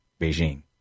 Beijing